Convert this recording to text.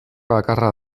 bakarra